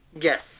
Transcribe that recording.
Yes